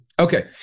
Okay